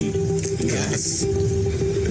שאמונים על הדאגה לכם,